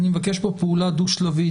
אני מבקש כאן פעולה דו שלבית.